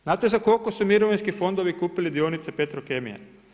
Znate za koliko su mirovinski fondovi kupili dionice Petrokemije?